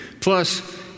Plus